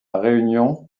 réunion